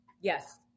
Yes